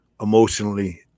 emotionally